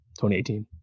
2018